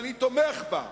שאני תומך בו,